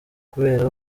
kubera